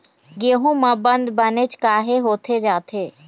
गेहूं म बंद बनेच काहे होथे जाथे?